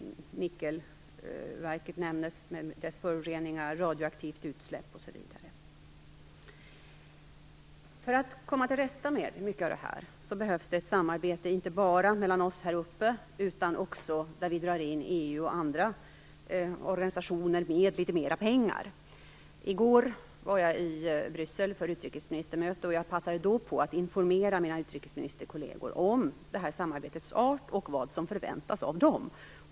Nickelverket nämndes, med dess föroreningar, radioaktivt utsläpp osv. För att komma till rätta med mycket av det här behövs det ett samarbete inte bara mellan oss här uppe, utan också med EU och andra organisationer, som kan dras in i detta och bidra med litet mera pengar. I går var jag i Bryssel för utrikesministermöte, och jag passade då på att informera mina utrikesministerkolleger om detta samarbetes art och vad som förväntas av dem.